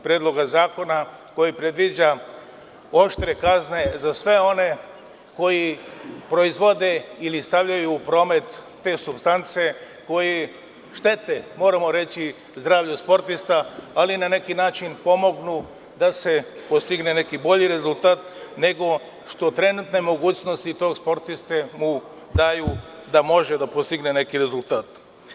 Predloga zakona koji predviđa oštre kazne za sve one koji proizvode ili stavljaju u promet te supstance koji štete, moramo reći, zdravlju sportista, ali na neki način pomognu da se postigne neki bolji rezultat nego što trenutne mogućnosti tog sportiste mu daju da može da postigne neki rezultat.